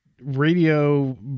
radio